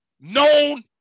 known